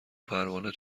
پروانه